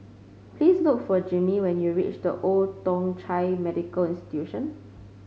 please look for Jimmie when you reach The Old Thong Chai Medical Institution